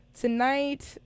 Tonight